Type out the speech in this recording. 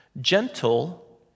gentle